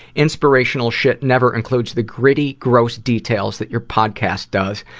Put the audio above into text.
inspirational shit never includes the gritty, gross details that your podcast does.